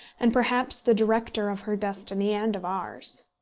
and perhaps the director of her destiny and of ours.